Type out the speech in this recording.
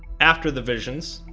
after the visions,